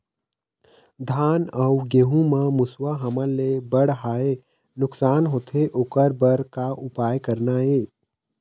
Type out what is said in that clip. धान अउ गेहूं म मुसवा हमन ले बड़हाए नुकसान होथे ओकर बर का उपाय करना ये?